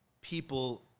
people